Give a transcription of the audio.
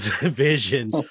vision